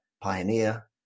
pioneer